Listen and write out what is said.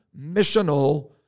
missional